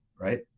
Right